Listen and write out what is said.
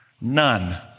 None